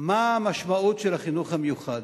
מה המשמעות של החינוך המיוחד,